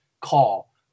call